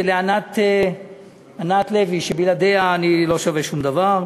ענת לוי, שבלעדיה אני לא שווה שום דבר,